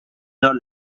not